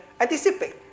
anticipate